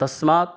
तस्मात्